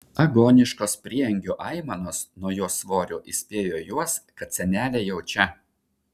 agoniškos prieangio aimanos nuo jos svorio įspėjo juos kad senelė jau čia